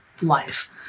life